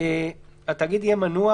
(3)התאגיד יהיה מנוע